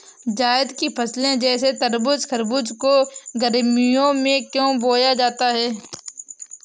जायद की फसले जैसे तरबूज़ खरबूज को गर्मियों में क्यो बोया जाता है?